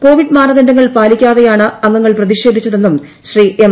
Covid മാനദണ്ഡങ്ങൾ പാലിക്കാതെയാണ് അംഗങ്ങൾ പ്രതിഷേധിച്ചതെന്നും ശ്രീ എം